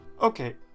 Okay